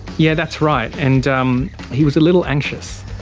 yeah that's right, and um he was a little anxious.